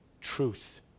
truth